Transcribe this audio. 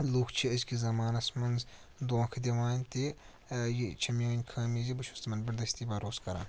لُکھ چھِ أزۍ کِس زمانَس منٛز دونٛکھہٕ دِوان تہِ یہِ چھِ میٲنۍ خٲمیی زِ بہٕ چھُس تِمَن پٮ۪ٹھ دٔستِی بروسہٕ کَران